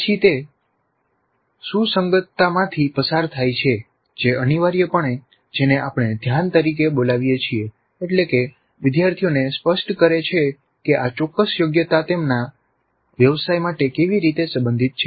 પછી તે સુસંગતતામાંથી પસાર થાય છે જે અનિવાર્યપણે જેને આપણે ધ્યાન તરીકે બોલાવીએ છીએ એટલે કે વિદ્યાર્થીઓને સ્પષ્ટ કરે છે કે આ ચોક્કસ યોગ્યતા તેમના વ્યવસાય માટે કેવી રીતે સંબંધિત છે